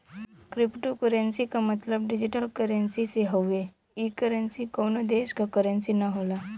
cryptocurrency क मतलब digital currency से हउवे ई करेंसी कउनो देश क करेंसी न होला